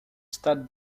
stade